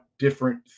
Different